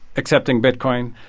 accepting bitcoin,